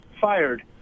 fired